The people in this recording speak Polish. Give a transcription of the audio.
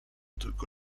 tylko